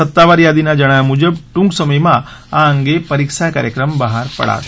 સત્તાવાર યાદીના જણાવ્યા મુજબ ટુંક સમયમાં આ અંગે પરીક્ષા કાર્યક્રમ બહાર પાડશે